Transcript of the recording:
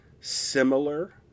similar